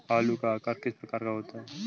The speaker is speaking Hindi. आलू का आकार किस प्रकार का होता है?